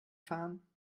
fahren